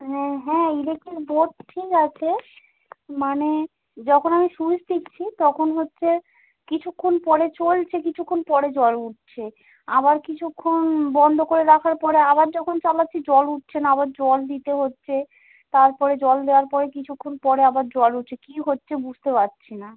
হ্যাঁ হ্যাঁ electric board ঠিক আছে মানে যখন আমি সুইচ টিপছি তখন হচ্ছে কিছুক্ষণ পরে চলছে কিছুক্ষণ পরে জল উঠছে আবার কিছুক্ষণ বন্ধ করে রাখার পরে আবার যখন চালাচ্ছি জল উঠছে না আবার জল দিতে হচ্ছে তারপরে জল দেওয়ার পরে কিছুক্ষণ পরে আবার জল উঠছে কি হচ্ছে বুঝতে পাচ্ছি না